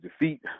defeat